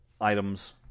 items